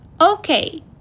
Okay